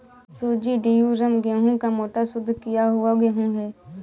सूजी ड्यूरम गेहूं का मोटा, शुद्ध किया हुआ गेहूं है